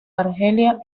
argelia